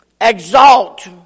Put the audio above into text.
exalt